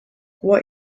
what